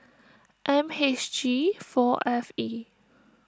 M H G four F E